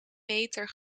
meter